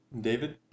David